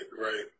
right